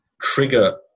trigger